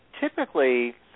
typically